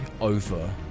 over